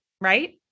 right